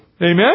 Amen